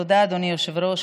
תודה, אדוני היושב-ראש.